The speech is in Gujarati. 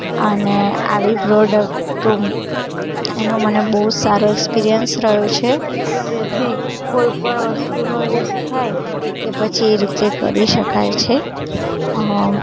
અને આવી પ્રોડકટો એનો મને બહુ સારો ઍક્સપિરિયન્સ રહ્યો છે તેથી કોઈ પણ વસ્તુનો યુઝ થાય કે પછી એ રીતે કરી શકાય છે હા